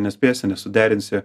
nespėsi nesuderinsi